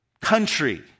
country